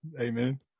Amen